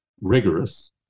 rigorous